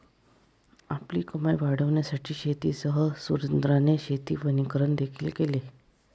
आपली कमाई वाढविण्यासाठी शेतीसह सुरेंद्राने शेती वनीकरण देखील केले